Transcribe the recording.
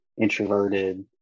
introverted